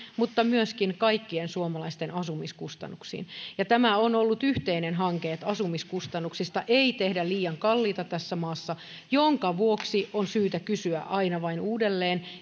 mutta myöskin kaikkien suomalaisten asumiskustannuksiin tämä on ollut yhteinen hanke että asumiskustannuksista ei tehdä liian kalliita tässä maassa minkä vuoksi on syytä kysyä aina vain uudelleen